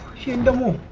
and one